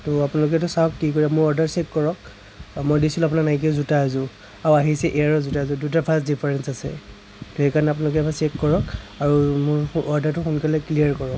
ত' আপোনালোকে এতিয়া চাওক কি কৰে মোৰ অৰ্ডাৰ চেক কৰক মই দিছিলোঁ আপোনাৰ নাইকিৰ জোতা এযোৰ আৰু আহিছে এয়াৰৰ জোতা এযোৰ দুয়োটা ভাষ্ট ডিফাৰেন্স আছে ত' সেইকাৰণে আপোনালোকে এবাৰ চেক কৰক আৰু মোৰ অৰ্ডাৰটো সোনকালে ক্লীয়েৰ কৰক